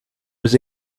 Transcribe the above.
was